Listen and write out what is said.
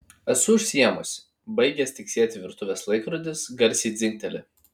esu užsiėmusi baigęs tiksėti virtuvės laikrodis garsiai dzingteli